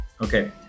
okay